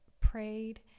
prayed